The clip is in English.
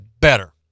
better